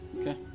Okay